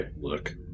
look